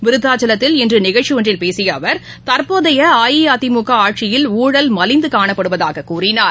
விருதாச்சலத்தில் இன்று நிகழ்ச்சி ஒன்றில் பேசிய அவர் தற்போதைய அஇஅதிமுக ஆட்சியில் ஊழல் மலிந்து காணப்படுவதாக கூறினார்